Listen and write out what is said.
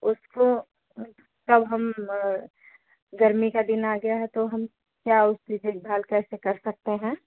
उसको कब हम गर्मी का दिन आ गया है तो हम क्या उसकी देख भाल कैसे कर सकते हैं